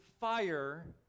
fire